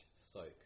soak